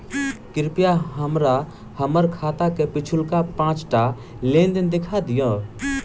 कृपया हमरा हम्मर खाताक पिछुलका पाँचटा लेन देन देखा दियऽ